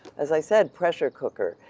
as i said, pressure cooker.